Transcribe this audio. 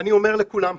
אומר לכולם פה,